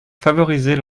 favoriser